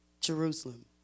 Jerusalem